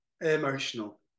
emotional